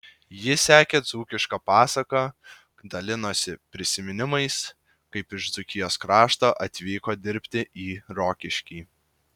ji sekė dzūkišką pasaką dalinosi prisiminimais kaip iš dzūkijos krašto atvyko dirbti į rokiškį